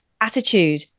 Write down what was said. attitude